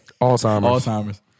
Alzheimer's